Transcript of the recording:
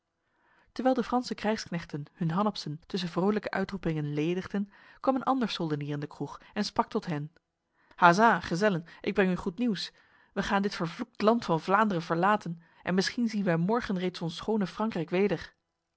terwijl de franse krijgsknechten hun hanapsen tussen vrolijke uitroepingen ledigden kwam een ander soldenier in de kroeg en sprak tot hen ha sa gezellen ik breng u goed nieuws wij gaan dit vervloekt land van vlaanderen verlaten en misschien zien wij morgen reeds ons schone frankrijk weder